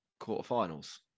quarterfinals